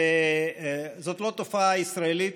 וזאת לא תופעה ישראלית.